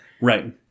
Right